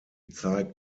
zeigt